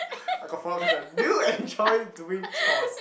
I got four question do you enjoy chores